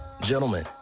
Gentlemen